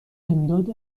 امداد